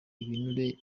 ibinure